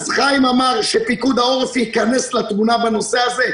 חיים ביבס אמר שפיקוד העורף ייכנס לתמונה בנושא הזה.